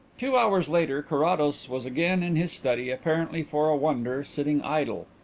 two hours later carrados was again in his study, apparently, for a wonder, sitting idle.